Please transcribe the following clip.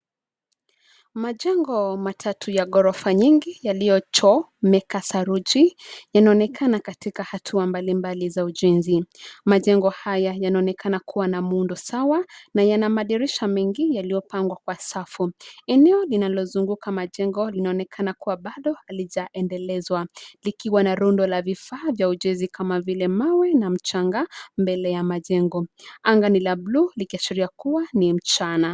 Majengo matatu ya ghorofa nyingi yaliyochomeka saruji, yanaonekana katika hatua mbalimbali za ujenzi. Majengo haya yanaonekana kuwa na muundo sawa na yana madirisha mengine yaliyopangwa kwa safu. Eneo linalozunguka majengo linaonekana kuwa bado halijaendelezwa likiwa na rundo la vifaa vya ujenzi kama vile mawe na mchanga mbele ya majengo. Anga ni la bluu likikiashiria kuwa ni mchana.